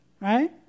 Right